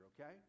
okay